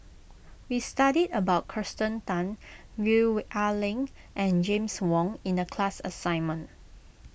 we studied about Kirsten Tan Gwee Ah Leng and James Wong in the class assignment